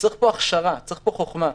צריך פה הכשרה וחוכמה.